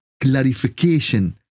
clarification